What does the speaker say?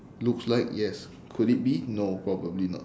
looks like yes could it be no probably not